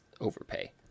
overpay